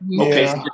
okay